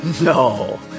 No